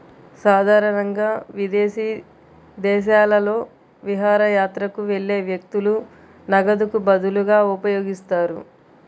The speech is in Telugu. సాధారణంగా విదేశీ దేశాలలో విహారయాత్రకు వెళ్లే వ్యక్తులు నగదుకు బదులుగా ఉపయోగిస్తారు